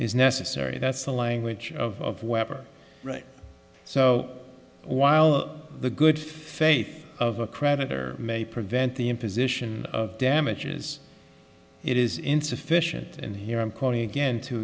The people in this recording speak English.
is necessary that's the language of weber right so while the good faith of a creditor may prevent the imposition of damages it is insufficient and here i'm calling again to